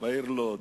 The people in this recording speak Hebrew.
בעיר לוד.